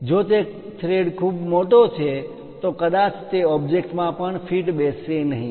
જો તે થ્રેડ ખૂબ મોટો છે તો કદાચ તે તે ઓબ્જેક્ટ માં પણ ફીટ બેસશે નહીં